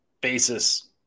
basis